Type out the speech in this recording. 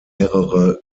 mehrere